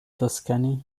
tuscany